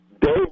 Dave